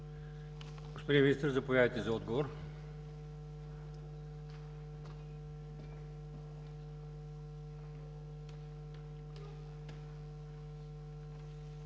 Господин Министър, заповядайте за отговор.